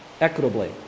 equitably